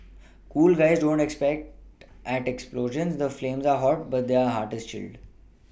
cool guys don't look at explosions the flames are hot but their heart is chilled